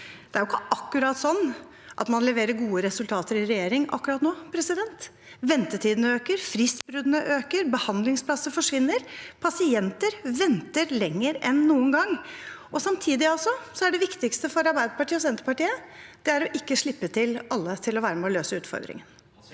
Det er ikke akkurat sånn at man leverer gode resultater i regjering nå. Ventetidene øker, fristbruddene øker, behandlingsplasser forsvinner, pasienter venter lenger enn noen gang, og samtidig er altså det viktigste for Arbeiderpartiet og Senterpartiet å ikke slippe alle til for å være med på å løse utfordringer.